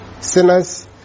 Sinners